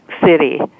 city